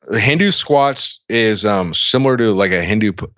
the hindu squats is um similar to like a hindu,